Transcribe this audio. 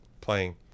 Playing